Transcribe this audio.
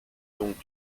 donc